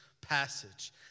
passage